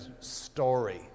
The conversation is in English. story